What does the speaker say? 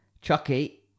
Chucky